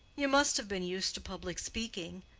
you must have been used to public speaking.